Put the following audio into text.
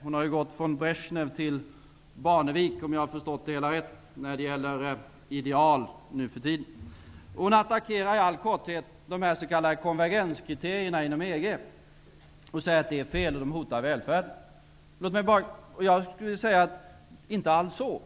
Hon har gått från Brezjnev till Barnevik när det gäller ideal, om jag förstår det rätt. Hon attackerar de s.k. konvergenskriterierna inom EG och säger att de hotar välfärden. Det är inte alls så.